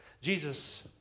Jesus